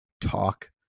talk